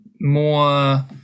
more